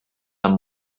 amb